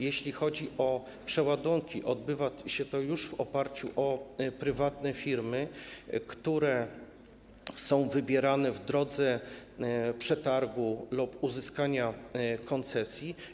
Jeśli chodzi o przeładunki, odbywa się to już w oparciu o prywatne firmy, które są wybierane w drodze przetargu lub uzyskania koncesji.